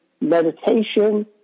meditation